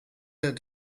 der